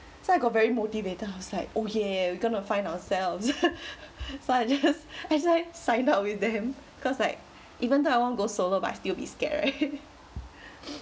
so I got very motivated I was like oh yeah we gonna find ourselves so I just I signed signed up with them cause like even though I won't go solo but still feel scared right